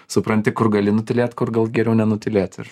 supranti kur gali nutylėt kur gal geriau nenutylėt ir